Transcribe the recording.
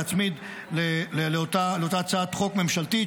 להצמיד לאותה הצעת חוק ממשלתית,